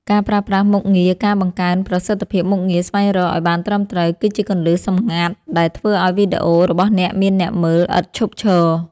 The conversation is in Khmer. ការប្រើប្រាស់ មុខងារការបង្កើនប្រសិទ្ធភាពមុខងារស្វែងរកឱ្យបានត្រឹមត្រូវ គឺជាគន្លឹះសម្ងាត់ដែលធ្វើឱ្យវីដេអូរបស់អ្នកមានអ្នកមើលឥតឈប់ឈរ។